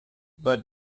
but